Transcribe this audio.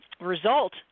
result